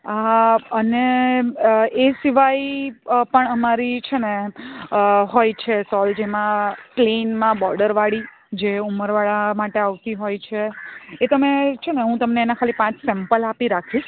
હા અને એ સિવાય પણ અમારી છે ને હોય છે સોલ જેમાં પ્લેનમાં બોર્ડરવાળી જે ઉંમરવાળા માટે આવતી હોય છે એ તમે છે ને હું તમને એના ખાલી પાંચ સેમ્પલ આપી રાખીશ